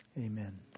Amen